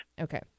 Okay